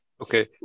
Okay